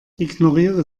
ignoriere